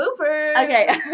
Okay